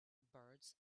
birds